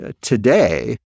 today